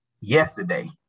yesterday